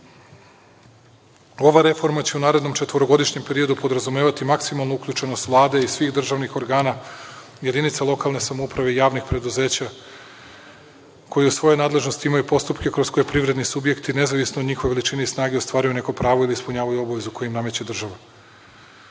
reforma će u narednom četvorogodišnjem periodu podrazumevati maksimalnu uključenost Vlade i svih državnih organa, jedinica lokalne samouprave i javnih preduzeća, koje u svojoj nadležnosti imaju postupke kroz koje privredni subjekti, nezavisno od njihove veličine i snage ostvaruju neko pravo ili ispunjavaju obavezu koju im nameće